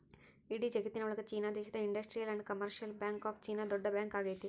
ಇಡೀ ಜಗತ್ತಿನ ಒಳಗ ಚೀನಾ ದೇಶದ industrial and commercial bank of China ದೊಡ್ಡ ಬ್ಯಾಂಕ್ ಆಗೈತೆ